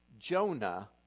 Jonah